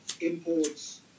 imports